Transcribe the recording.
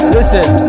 Listen